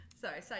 Sorry